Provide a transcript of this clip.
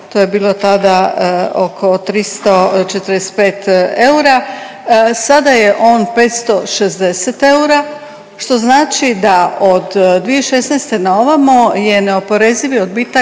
to je bilo tada oko 345 eura, sada je on 560 eura, što znači da od 2016. naovamo je neoporezivi odbitak